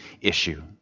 issue